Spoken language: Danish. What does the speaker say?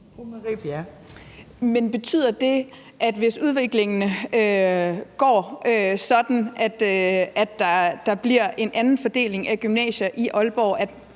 Men betyder det, at hvis udviklingen går sådan, at der kommer en anden fordeling på gymnasierne i Aalborg,